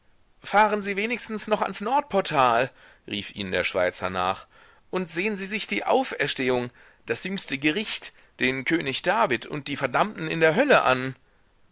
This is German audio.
fahren sie wenigstens noch ans nordportal rief ihnen der schweizer nach und sehen sie sich die auferstehung das jüngste gericht den könig david und die verdammten in der hölle an